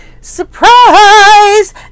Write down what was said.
surprise